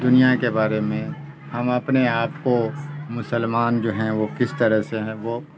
دنیا کے بارے میں ہم اپنے آپ کو مسلمان جو ہیں وہ کس طرح سے ہیں وہ